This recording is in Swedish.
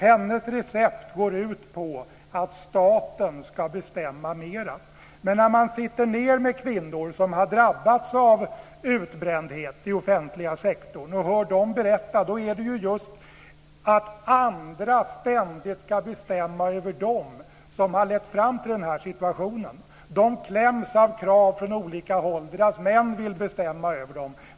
Hennes recept går ut på att staten ska bestämma mer. Men när man sitter ned med kvinnor som har drabbats av utbrändhet i offentliga sektorn och hör dem berätta är det just detta att andra ständigt ska bestämma över dem som har lett fram till den här situationen. De kläms av krav från olika håll. Deras män vill bestämma över dem.